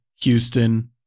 Houston